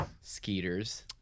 skeeters